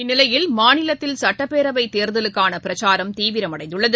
இந்நிலையில் மாநிலத்தில் சட்டப்பேரவைத் தேர்தலுக்கானபிரச்சாரம் தீவிரமடைந்துள்ளது